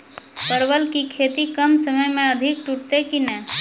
परवल की खेती कम समय मे अधिक टूटते की ने?